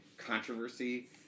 controversy